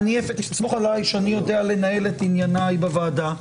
סמוך עליי שאני יודע לנהל את ענייניי בוועדה.